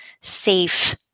safe